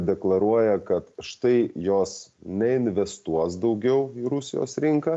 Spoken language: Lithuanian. deklaruoja kad štai jos neinvestuos daugiau į rusijos rinką